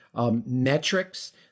Metrics